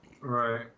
Right